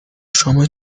شما